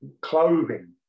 clothing